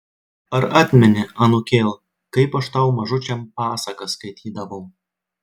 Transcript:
ar atmeni anūkėl kaip aš tau mažučiam pasakas skaitydavau